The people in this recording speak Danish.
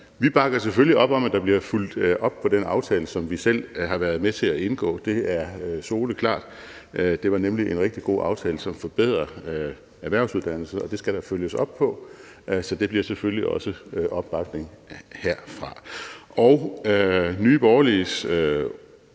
Vi bakker selvfølgelig op om, at der bliver fulgt op på den aftale, som vi selv har været med til at indgå – det er soleklart. Det var nemlig en rigtig god aftale, som forbedrede erhvervsuddannelserne, og det skal der følges op på, så det bliver selvfølgelig også opbakning herfra. Nye Borgerliges